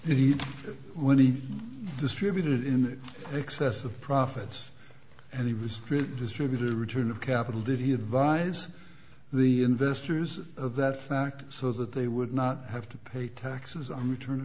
n he when he distributed in excess of profits and he was distributed in return of capital did he advise the investors of that fact so that they would not have to pay taxes on return